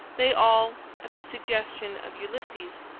they all, at the suggestion of ulysses,